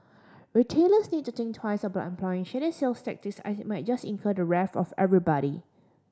retailers need to think twice about employing shady sales tactics as it might just incur the wrath of everybody